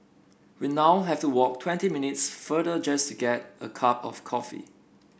we now have to walk twenty minutes further just to get a cup of coffee